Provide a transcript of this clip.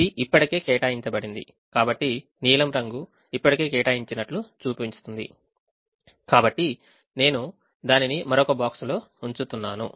ఇది ఇప్పటికే కేటాయించబడింది కాబట్టి నీలం రంగు ఇప్పటికే కేటాయించినట్లు చూపిస్తుంది కాబట్టి నేను దానిని మరొక box లో ఉంచుతున్నాను